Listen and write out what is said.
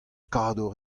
kador